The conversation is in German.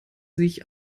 sich